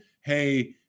hey